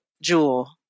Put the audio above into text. Jewel